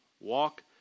walk